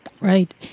Right